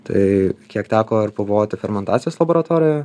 tai kiek teko ir pabuvoti fermentacijos laboratorijoje